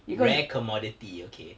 rare commodity okay